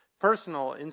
personal